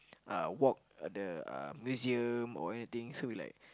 uh walk the uh museum or anything so we like